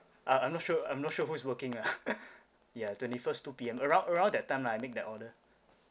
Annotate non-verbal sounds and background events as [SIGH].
uh I'm not sure I'm not sure who is working ah [LAUGHS] ya twenty first two P_M around around that time lah I make that order